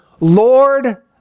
Lord